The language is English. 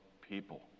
people